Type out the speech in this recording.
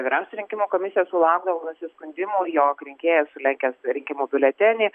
vyriausia rinkimų komisija sulaukdavo nusiskundimų jog rinkėjas sulenkęs rinkimų biuletenį